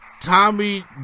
Tommy